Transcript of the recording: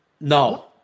No